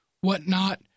whatnot